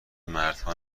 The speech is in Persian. مردها